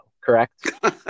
correct